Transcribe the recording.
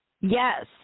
Yes